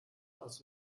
aus